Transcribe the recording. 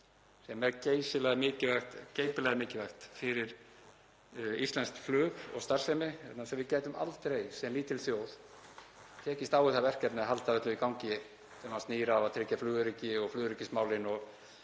sem er geysilega mikilvægt, geypilega mikilvægt fyrir íslenskt flug og starfsemi vegna þess að við gætum aldrei sem lítil þjóð tekist á við það verkefni að halda öllu í gangi sem snýr að því að tryggja flugöryggi og flugöryggismálin